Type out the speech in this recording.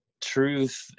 truth